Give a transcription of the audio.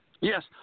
Yes